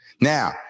Now